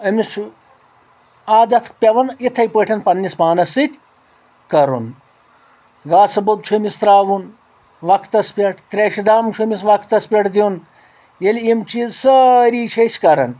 أمِس چھُ عادت پٮ۪وان اِتھٕے پٲٹھٮ۪ن پننس پانس سۭتۍ کرُن گاسہٕ بوٚد چھُ أمِس ترٛاوُن وقتس پٮ۪ٹھ تریشہِ دام چھُ أمِس وقتس پٮ۪ٹھ دِیُن ییٚلہِ یِم چیٖز سٲری چھِ أسۍ کران